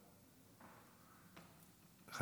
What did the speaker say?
איננו,